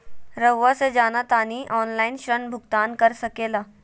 रहुआ से जाना तानी ऑनलाइन ऋण भुगतान कर सके ला?